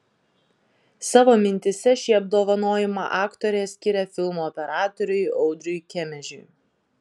savo mintyse šį apdovanojimą aktorė skiria filmo operatoriui audriui kemežiui